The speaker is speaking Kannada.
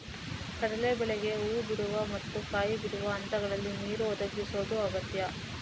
ಕಡಲೇ ಬೇಳೆಗೆ ಹೂ ಬಿಡುವ ಮತ್ತು ಕಾಯಿ ಬಿಡುವ ಹಂತಗಳಲ್ಲಿ ನೀರು ಒದಗಿಸುದು ಅಗತ್ಯ